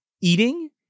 eating